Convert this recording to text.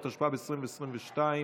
התשפ"ב 2022,